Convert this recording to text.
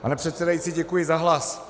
Pane předsedající, děkuji za hlas.